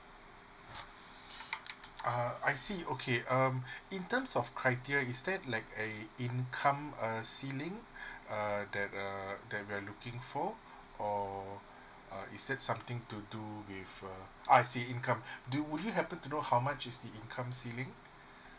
uh I see okay um in terms of criteria is that like a income err ceiling uh that uh that we're looking for or uh is that something to do with uh I see income do you happen to know how much is the income ceiling